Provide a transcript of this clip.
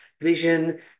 vision